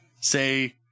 Say